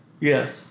Yes